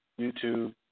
YouTube